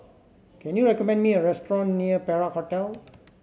can you recommend me a restaurant near Perak Hotel